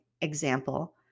example